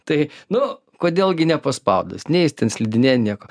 tai nu kodėl gi nepaspaudus nei jis ten slidinėja nieko